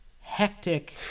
hectic